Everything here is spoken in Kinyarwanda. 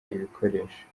ibikoresho